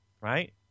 right